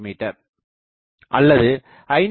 me அல்லது 5